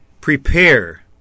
Prepare